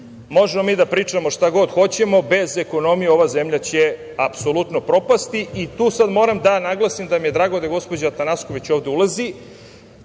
mi da pričamo šta god hoćemo, bez ekonomije ova zemlja će apsolutno propasti. Tu sada moram da naglasim da mi je drago da gospođa Atanasković ulazi,